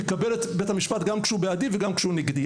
מקבל את בית המשפט גם כשהוא בעדי וגם כשהוא נגדי,